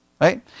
Right